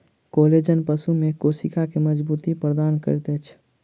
collagen पशु में कोशिका के मज़बूती प्रदान करैत अछि